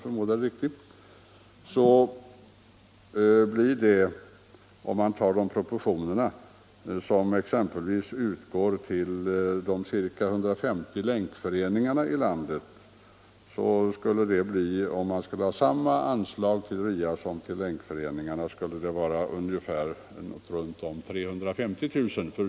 Om RIA-byråerna skulle ha fått lika mycket som exempelvis de 150 länkföreningarna i landet, skulle beloppet ha varit ungefär 350 000 kr.